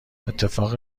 اتفاق